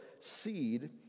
seed